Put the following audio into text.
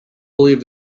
believed